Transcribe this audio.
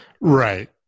Right